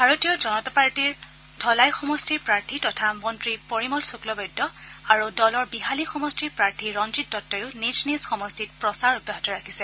ভাৰতীয় জনতা পাৰ্টীৰ ধলাই সমষ্টিৰ প্ৰাৰ্থী তথা মন্ত্ৰী পৰিমল শুক্লবৈদ্য আৰু দলৰ বিহালী সমষ্টিৰ প্ৰাৰ্থী ৰঞ্জিত দত্তইও নিজ নিজ সমষ্টিত প্ৰচাৰ অব্যাহত ৰাখিছে